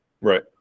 Right